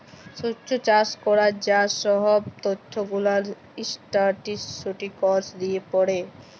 স্যেচ চাষ ক্যরার যা সহব ত্যথ গুলান ইসট্যাটিসটিকস দিয়ে পড়ে